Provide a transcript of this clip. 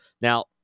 Now